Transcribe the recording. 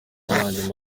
zanjye